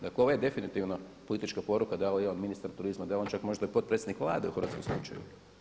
Dakle, ovo je definitivno politička poruka, da je ministar turizma da je on čak možda i potpredsjednik Vlade u hrvatskom slučaju.